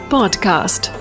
Podcast